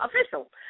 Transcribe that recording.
official